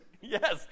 Yes